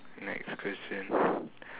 next question